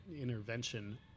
intervention